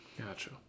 gotcha